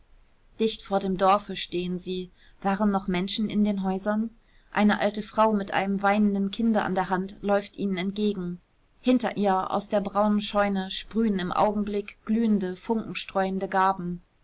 dicht vor dem dorfe stehen sie waren noch menschen in den häusern eine alte frau mit einem weinenden kinde an der hand läuft ihnen entgegen hinter ihr aus der braunen scheune sprühen im augenblick glühende funkenstreuende garben